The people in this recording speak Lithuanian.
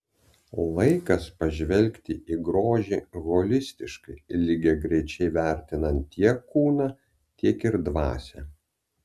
laikas pažvelgti į grožį holistiškai lygiagrečiai vertinant tiek kūną tiek ir dvasią